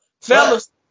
Fellas